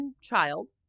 child